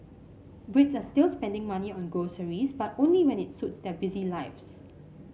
Brits are still spending money on groceries but only when it suits their busy lives